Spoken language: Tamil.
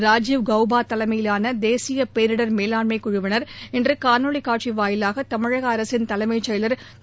ராஜீவ் கௌபா தலைமையிலான தேசிய பேரிடர் மேலாண்மை குழுவினர் இன்று காணொலி வாயிலாக தமிழக அரசின் தலைமைச் செயலர் திரு